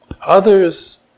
others